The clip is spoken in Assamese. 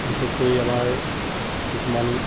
বিশেষকৈ আমাৰ কিছুমান